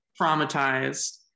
traumatized